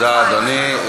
תודה, אדוני.